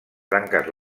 branques